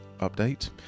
update